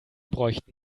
bräuchten